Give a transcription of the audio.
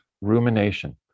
rumination